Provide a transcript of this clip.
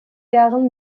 jahren